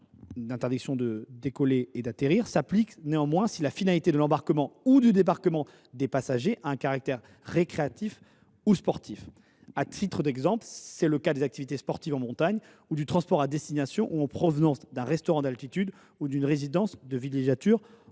L’interdiction de décoller et d’atterrir s’applique néanmoins si la finalité de l’embarquement ou du débarquement des passagers a un caractère récréatif ou sportif. Tel est le cas, par exemple, des activités sportives en montagne ou du transport à destination ou en provenance d’un restaurant d’altitude ou d’une résidence de villégiature